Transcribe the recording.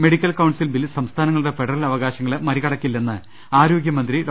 medical council bill സംസ്ഥാനങ്ങളുടെ federal അവകാശങ്ങളെ മറികടക്കില്ലെന്ന് ആരോഗൃമന്ത്രി ഡോ